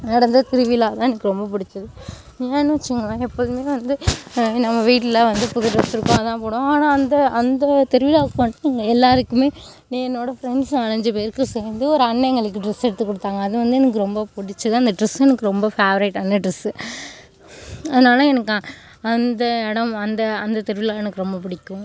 நடந்த திருவிழாதான் எனக்கு ரொம்ப பிடிச்சது ஏன்னெனு வச்சுக்கோங்களேன் எப்பொழுதுமே வந்து நம்ம வீட்டில் வந்து புது ட்ரெஸ் இருக்கும் அதுதான் போடுவோம் ஆனால் அந்த அந்த திருவிழாவுக்கு வந்து எல்லாேருக்குமே என்னோட ஃப்ரெண்ட்ஸ் அஞ்சு பேருக்கு சேர்ந்து ஒரு அண்ணன் எங்களுக்கு ட்ரெஸ் எடுத்து கொடுத்தாங்க அது வந்து எனக்கு ரொம்ப பிடிச்சது அந்த ட்ரெஸ்ஸும் எனக்கு ரொம்ப ஃபேவரட் அந்த ட்ரெஸ்ஸு அதனால எனக்கு அந்த இடம் அந்த அந்த திருவிழா எனக்கு ரொம்ப பிடிக்கும்